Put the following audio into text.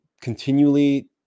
continually